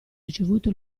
ricevuto